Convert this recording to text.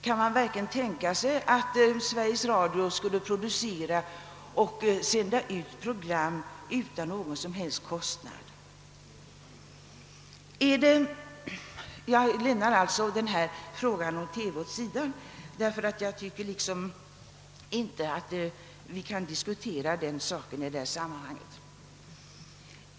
Kan man verkligen tänka sig att Sveriges Radio skulle producera och sända ut program utan någon som helst kostnad? Jag lämnar denna fråga om TV åt sidan, därför att jag tycker inte att vi kan diskutera den saken i detta sammanhang.